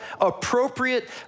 appropriate